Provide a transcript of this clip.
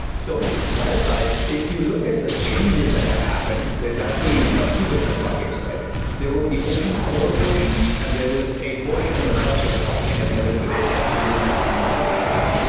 so that aside, if you look at the changes that have happened, there's actually a few different buckets, right there was the open core portion and there was a portion of the crust, or the frosting as heather put it, that people often monetize on.